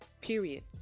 Period